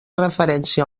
referència